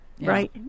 right